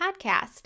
podcast